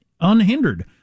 unhindered